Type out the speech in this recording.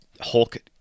Hulk